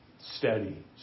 steady